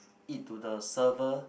it to the server